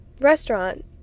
restaurant